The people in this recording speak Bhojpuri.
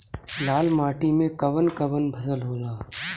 लाल माटी मे कवन कवन फसल होला?